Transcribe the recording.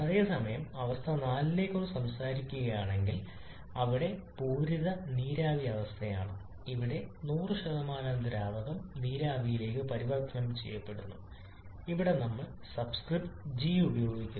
അതേസമയം അവസ്ഥ 4 നെക്കുറിച്ച് സംസാരിക്കുകയാണെങ്കിൽ അവിടെ പൂരിത നീരാവി അവസ്ഥയാണ് അവിടെ 100 ദ്രാവകം നീരാവിയിലേക്ക് പരിവർത്തനം ചെയ്യപ്പെടുന്നു ഇവിടെ നമ്മൾ സബ്സ്ക്രിപ്റ്റ് ജി ഉപയോഗിക്കുന്നു